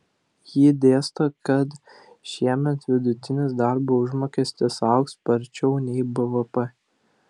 ji dėsto kad šiemet vidutinis darbo užmokestis augs sparčiau nei bvp